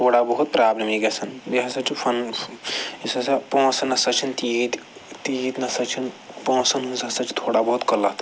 تھوڑا بہت پرٛابلِمٕے گژھان بیٚیہِ ہسا چھُ فَن یُس ہَسا پونٛسہٕ نَہ سا چھِنہٕ تیٖتۍ تیٖتۍ نَہ سا چھِنہٕ پونٛسَن ہٕنٛز ہَسا چھِ تھوڑا بہت قٕلَت